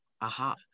Aha